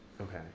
Okay